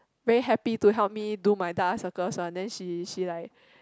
very happy to help me do my dark eye circles one then she she like